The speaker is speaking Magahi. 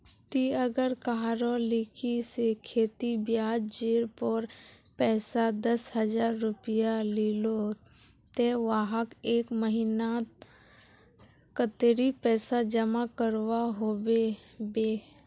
ती अगर कहारो लिकी से खेती ब्याज जेर पोर पैसा दस हजार रुपया लिलो ते वाहक एक महीना नात कतेरी पैसा जमा करवा होबे बे?